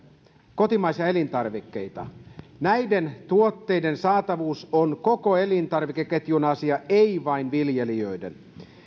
kotimaisia elintarvikkeita näiden tuotteiden saatavuus on koko elintarvikeketjun asia ei vain viljelijöiden